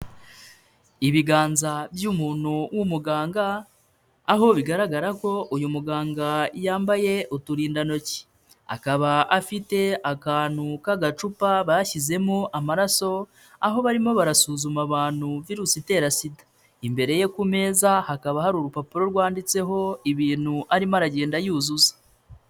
Ibiganza by'umuntu w'umuganga aho bigaragara ko uyu muganga yambaye uturindantoki, akaba afite akantu k'agacupa bashyizemo amaraso aho barimo barasuzuma abantu Virusi itera SIDA, imbere ye ku meza hakaba hari urupapuro rwanditseho ibintu arimo aragenda yuzuza.